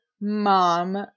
mom